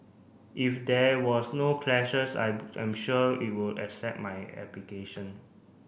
if there was no clashes I I'm sure you would accept my application